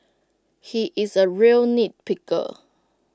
he is A real nitpicker